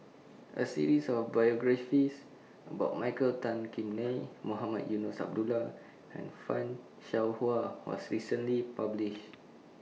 A series of biographies about Michael Tan Kim Nei Mohamed Eunos Abdullah and fan Shao Hua was recently published